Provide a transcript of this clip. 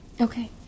Okay